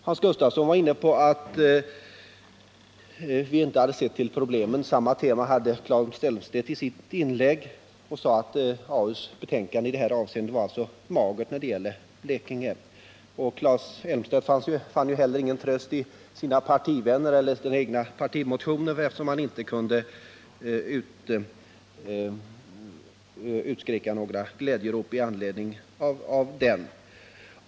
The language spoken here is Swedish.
Hans Gustafsson var inne på att vi inte hade sett till problemen, och samma tema hade Claes Elmstedt i sitt inlägg. Han sade att AU:s betänkande i detta avseende var magert när det gäller Blekinge. Claes Elmstedt fann heller ingen tröst i motionerna från det egna partiet, och kan inte utbrista i några glädjerop i anledning av dem.